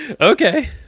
Okay